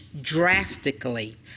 drastically